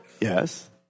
Yes